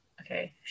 Okay